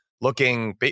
looking